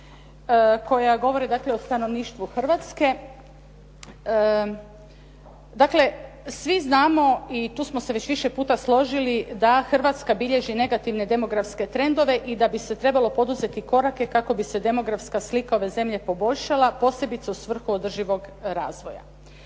koja govore dakle o stanovništvu Hrvatske. Dakle, svi znamo i tu smo se već više puta složili da Hrvatska bilježi negativne demografske trendove i da bi se trebalo poduzeti korake kako bi se demografska slika ove zemlje poboljšala posebice u svrhu održivog razvoja.